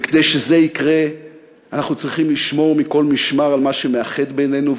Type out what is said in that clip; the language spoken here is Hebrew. וכדי שזה יקרה אנחנו צריכים לשמור מכל משמר על מה שמאחד בינינו,